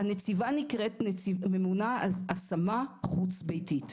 אבל הנציבה נקראת ממונה על השמה חוץ-ביתית.